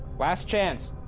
last chance!